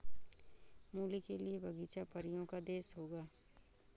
मूली के लिए बगीचा परियों का देश होगा